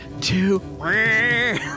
two